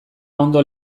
ondo